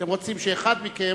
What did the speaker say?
ואם תרצו שאחד מכם,